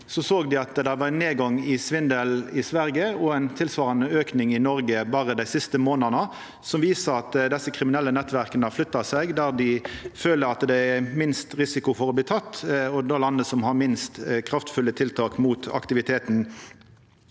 såg at det var ein nedgang i svindel i Sverige og ein tilsvarande auke i Noreg berre dei siste månadene. Det viser at desse kriminelle nettverka flytter seg dit dei føler det er minst risiko for å bli tekne, og til det landet som har minst kraftfulle tiltak mot aktiviteten.